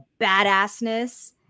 badassness